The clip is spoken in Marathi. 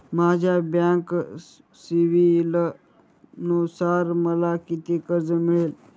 माझ्या बँक सिबिलनुसार मला किती कर्ज मिळेल?